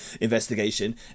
investigation